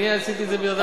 אני עשיתי את זה מיוזמתי.